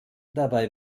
dabei